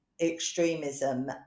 extremism